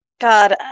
God